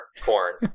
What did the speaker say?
corn